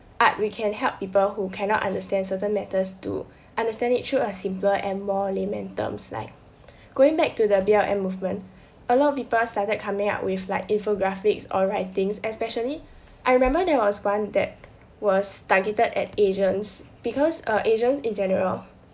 art we can help people who cannot understand certain matters to understand it through a simpler and more layman terms like going back to the B_L_M movement a lot of people started coming out with like infographics on right things especially I remember there was one that was targeted at asians because uh asians in general